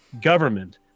government